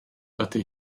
ydy